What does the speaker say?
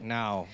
now